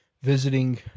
visiting